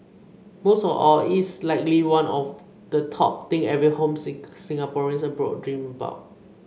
most of all it's likely one of the top thing every homesick Singaporean abroad dreams about